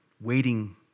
waiting